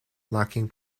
lacking